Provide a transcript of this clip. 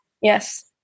Yes